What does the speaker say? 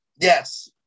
Yes